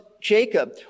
Jacob